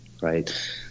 right